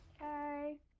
Okay